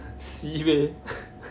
sibeh